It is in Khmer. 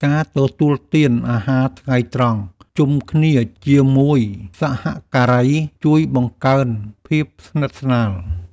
ការទទួលទានអាហារថ្ងៃត្រង់ជុំគ្នាជាមួយសហការី ជួយបង្កើនភាពស្និទ្ធស្នាល។